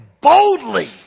boldly